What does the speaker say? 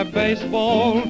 baseball